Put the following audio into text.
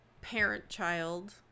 parent-child